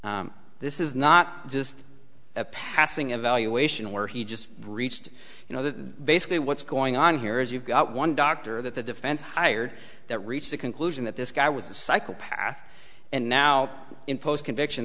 days this is not just a passing evaluation where he just breached you know the basically what's going on here is you've got one doctor that the defense hired that reached the conclusion that this guy was a psychopath and now in post conviction